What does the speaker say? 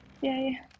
Yay